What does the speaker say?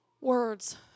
words